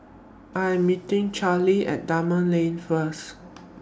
I'm meeting Chelsi At Dunman Lane First